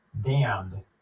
damned